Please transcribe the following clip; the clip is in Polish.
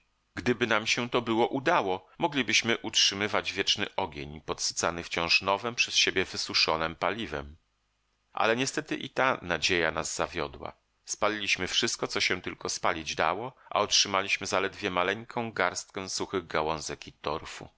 gdyby nam się to było udało moglibyśmy utrzymywać wieczny ogień podsycany wciąż nowem przez siebie wysuszonem paliwem ale niestety i ta nadzieja nas zawiodła spaliliśmy wszystko co się tylko spalić dało a otrzymaliśmy zaledwie maleńką garstkę suchych gałązek i torfu